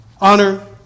Honor